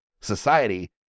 society